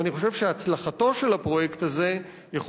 ואני חושב שהצלחתו של הפרויקט הזה יכולה